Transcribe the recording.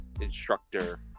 instructor